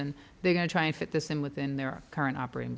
and they're going to try and fit this in within their current operating